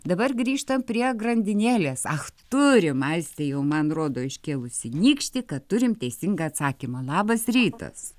dabar grįžtam prie grandinėlės ach turim aistė jau man rodo iškėlusi nykštį kad turim teisingą atsakymą labas rytas